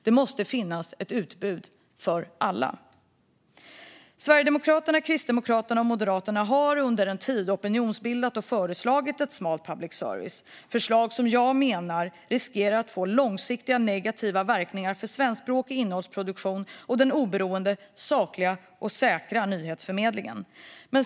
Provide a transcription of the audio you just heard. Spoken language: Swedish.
Det måste finnas ett utbud för alla. Sverigedemokraterna, Kristdemokraterna och Moderaterna har under en tid opinionsbildat och föreslagit ett smalt public service. Det är förslag som jag menar riskerar att få långsiktiga negativa verkningar för svenskspråkig innehållsproduktion och den oberoende, sakliga och säkra nyhetsförmedlingen.